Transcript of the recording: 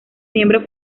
miembros